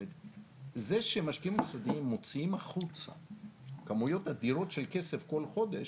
זה שמשקיעים מוסדיים מוציאים החוצה כמויות אדירות של כסף כל חודש,